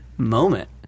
Moment